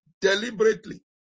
deliberately